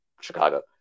chicago